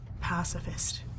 Pacifist